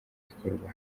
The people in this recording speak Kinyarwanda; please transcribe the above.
ikorwa